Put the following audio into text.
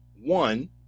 one